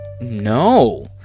no